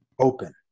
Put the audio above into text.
Open